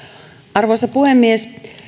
arvoisa puhemies